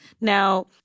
Now